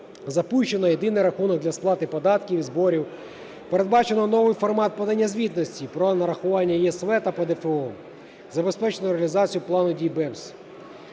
Запущено єдиний рахунок для сплати податків і зборів, передбачено новий формат подання звітності про нарахування ЄСВ та ПДФО, забезпечено реалізацію плану дій BEPS.